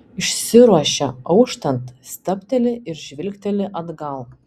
išsiruošia auštant stabteli ir žvilgteli atgal